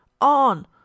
On